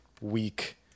week